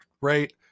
right